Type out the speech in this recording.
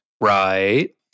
Right